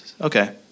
Okay